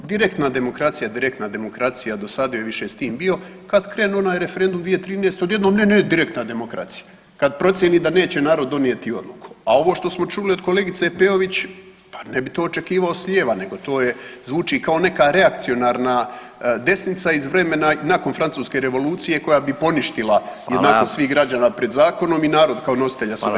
Direktna demokracija je direktna demokracija, dosadio je više s tim bio, kad krenuo onaj referendum 2013., odjednom ne direktna demokracija, kad procijeni da neće narod donijeti odluku a ovo što smo čuli od kolegice Peović, pa ne bi to očekivao s lijeva, nego to je, zvuči kao neka reakcionarna desnica iz vremena nakon Francuske revolucije koja bi poništila jednakost svih građana pred zakonom i narod kao nositelja suvereniteta.